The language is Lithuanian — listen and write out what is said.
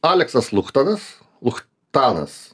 aleksas luchtanas luchtanas